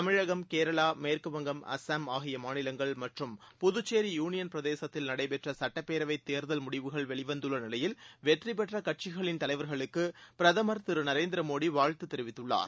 தமிழகம் கேரளா மேற்குவங்கம் அஸ்ஸாம் ஆகிய மாநிலங்கள் மற்றும் புதுச்சேரி யூனியன் பிரதேசத்தில் நடைபெற்ற சுட்டப்பேரவைத் தேர்தல் முடிவுகள் வெளிவந்துள்ள நிலையில் வெற்றி பெற்ற கட்சிகளின் தலைவர்களுக்கு பிரதமர் திரு நரேந்திர மோடி வாழ்த்து தெரிவித்துள்ளார்